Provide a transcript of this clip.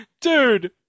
Dude